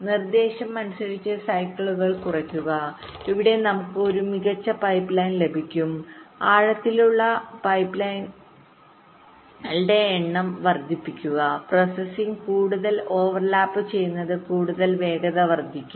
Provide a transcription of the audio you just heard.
നിർദ്ദേശം അനുസരിച്ച് സൈക്കിളുകൾ കുറയ്ക്കുക ഇവിടെ നമുക്ക് ഒരു മികച്ച പൈപ്പ്ലൈൻ ലഭിക്കും ആഴത്തിലുള്ള പൈപ്പ്ലൈൻ പൈപ്പ് ലൈനുകളുടെ എണ്ണം വർദ്ധിപ്പിക്കുക പ്രോസസ്സിംഗ് കൂടുതൽ ഓവർലാപ്പുചെയ്യുന്നത് കൂടുതൽ വേഗത വർദ്ധിപ്പിക്കും